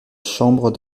chambre